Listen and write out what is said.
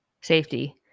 safety